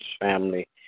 family